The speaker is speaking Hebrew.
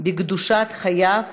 בקדושת חייו